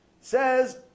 Says